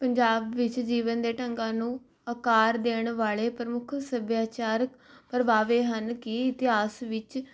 ਪੰਜਾਬ ਵਿੱਚ ਜੀਵਨ ਦੇ ਢੰਗਾਂ ਨੂੰ ਅਕਾਰ ਦੇਣ ਵਾਲੇ ਪ੍ਰਮੁੱਖ ਸੱਭਿਆਚਾਰਕ ਪ੍ਰਭਾਵ ਇਹ ਹਨ ਕਿ ਇਤਿਹਾਸ ਵਿੱਚ